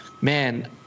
man